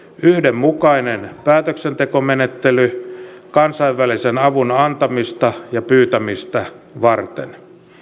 yhdenmukainen päätöksentekomenettely kansainvälisen avun antamista ja pyytämistä varten